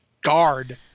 guard